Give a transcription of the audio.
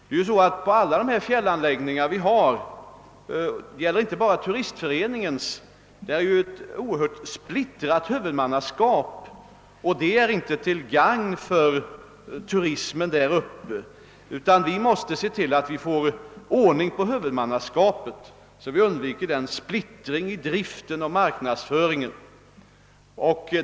Det är ju så att för alla de fjällanläggningar vi har -—— det gäller inte bara Turistföreningens — är det ett oerhört splittrat huvudmannaskap, och detta är inte till gagn för turismen däruppe. Vi måste se till att vi får ordning på huvudmannaskapet, så att vi undviker nuvarande splittring i driften och marknadsföringen.